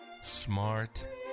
smart